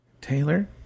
Taylor